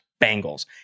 Bengals